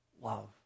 love